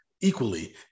equally